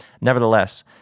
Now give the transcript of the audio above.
Nevertheless